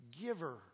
giver